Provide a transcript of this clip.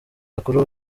bakora